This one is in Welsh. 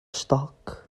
stoc